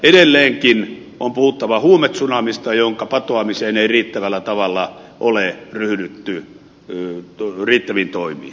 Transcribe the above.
edelleenkin on puhuttava huume tsunamista jonka patoamiseen ei ole riittävällä tavalla ryhdytty riittävin toimin